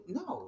no